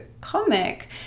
comic